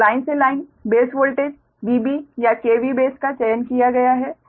और लाइन से line base voltage VB या kV बेस का चयन किया जाता है